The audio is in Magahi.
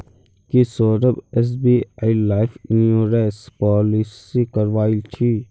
की Saurabh SBI life insurance policy करवइल छि